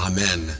Amen